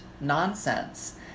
nonsense